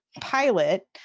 pilot